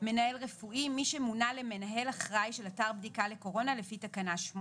"מנהל רפואי" מי שמונה למנהל אחראי של אתר בדיקה לקורונה לפי תקנה 8,